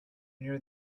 near